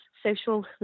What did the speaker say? social